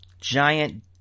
giant